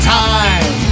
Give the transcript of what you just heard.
time